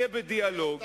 יהיה בדיאלוג.